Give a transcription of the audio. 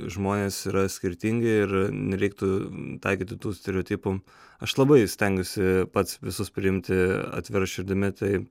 žmonės yra skirtingi ir nereiktų taikyti tų stereotipų aš labai stengiuosi pats visus priimti atvira širdimi tai